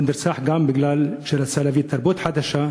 הוא נרצח גם מפני שהוא רצה להביא תרבות חדשה,